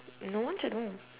no one's at home